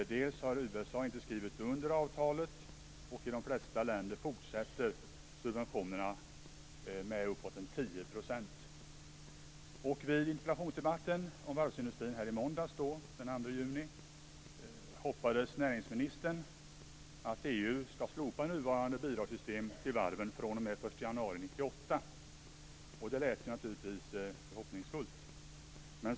USA har inte skrivit under avtalet, och i de flesta länder fortsätter subventionerna med uppåt I interpellationsdebatten om varvsindustrin i måndags, den 2 juni, hoppades näringsministern att EU skall slopa nuvarande bidragssystem när det gäller varven den 1 januari 1998. Det lät naturligtvis förhoppningfullt.